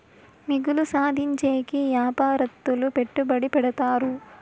మిగులు సాధించేకి యాపారత్తులు పెట్టుబడి పెడతారు